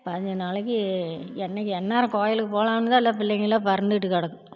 பதினஞ்சு நாளைக்கு என்னைக்கி எந்நேரம் கோயிலுக்கு போலாம்னுதான் எல்லாம் பிள்ளைங்கள்லாம் பறந்துகிட்டு கிடக்கும்